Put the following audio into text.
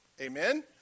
Amen